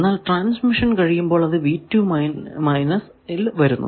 എന്നാൽ ട്രാൻസ്മിഷൻ കഴിയുമ്പോൾ അത് ൽ വരുന്നു